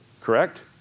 correct